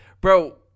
bro